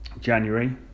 January